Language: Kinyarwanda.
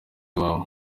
iwawe